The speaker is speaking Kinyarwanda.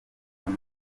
kuko